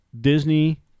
Disney